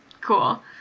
Cool